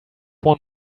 one